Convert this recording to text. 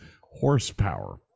Horsepower